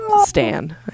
stan